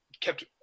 kept